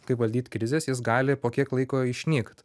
kaip valdyt krizes jis gali po kiek laiko išnykt